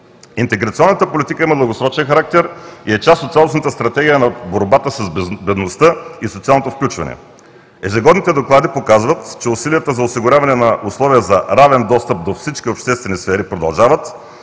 Интеграционната политика има многосрочен характер и е част от цялостната стратегия на борбата с бедността и социалното включване. Ежегодните доклади показват, че усилията за осигуряване на условия за равен достъп до всички обществени сфери продължават